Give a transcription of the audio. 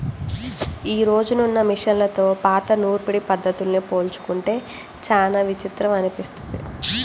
యీ రోజునున్న మిషన్లతో పాత నూర్పిడి పద్ధతుల్ని పోల్చుకుంటే చానా విచిత్రం అనిపిస్తది